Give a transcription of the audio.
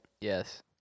yes